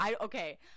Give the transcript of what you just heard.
Okay